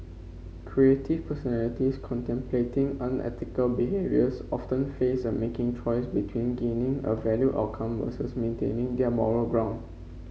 creative personalities contemplating unethical behaviours often face making a choice between gaining a valued outcome versus maintaining their moral ground